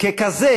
וככזה